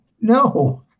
no